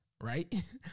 right